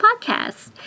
podcast